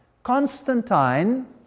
Constantine